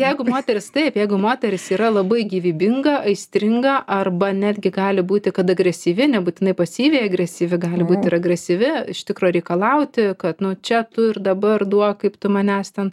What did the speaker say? jeigu moteris taip jeigu moteris yra labai gyvybinga aistringa arba netgi gali būti kad agresyvi nebūtinai pasyviai agresyvi gali būti ir agresyvi iš tikro reikalauti kad nu čia tu ir dabar duok kaip tu manęs ten